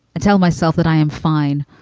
i tell myself that i am fine.